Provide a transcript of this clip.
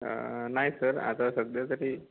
नाही सर आता सध्यातरी